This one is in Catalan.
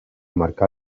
marcar